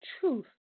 truth